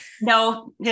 No